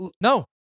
No